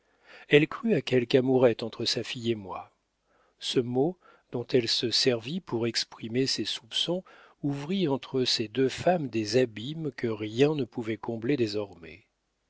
elle crut à quelque amourette entre sa fille et moi ce mot dont elle se servit pour exprimer ses soupçons ouvrit entre ces deux femmes des abîmes que rien ne pouvait combler désormais